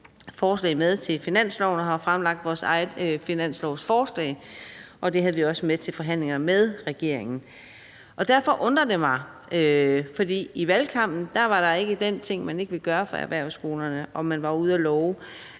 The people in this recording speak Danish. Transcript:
forslag med til finanslovsforhandlingerne og har fremlagt vores eget finanslovsforslag, og det havde vi også med til forhandlingerne med regeringen. Jeg undrer mig, for i valgkampen var der ikke den ting, man ikke ville gøre for erhvervsskolerne, og man var ude at love